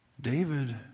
David